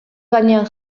gainean